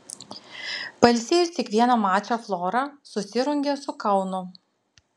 pailsėjus tik vieną mačą flora susirungia su kaunu